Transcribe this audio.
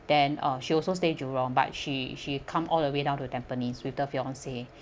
then uh she also stay jurong but she she come all the way down to the tampines with her fiance